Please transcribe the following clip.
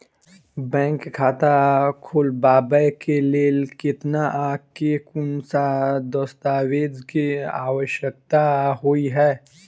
Bank खाता खोलबाबै केँ लेल केतना आ केँ कुन सा दस्तावेज केँ आवश्यकता होइ है?